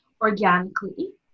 organically